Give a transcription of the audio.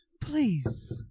Please